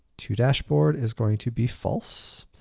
todashboard is going to be false,